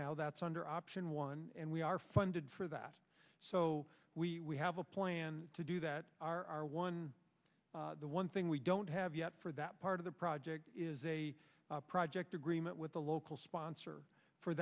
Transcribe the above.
now that's under option one and we are funded for that so we have a plan to do that are one the one thing we don't have yet for that part of the project is a project agreement with a local sponsor for